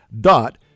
dot